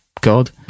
god